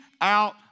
out